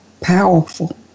Powerful